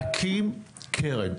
להקים קרן.